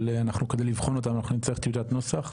אבל אנחנו כדי לבחון אותם אנחנו נצטרך טיוטת נוסח,